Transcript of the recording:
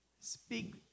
speak